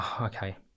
okay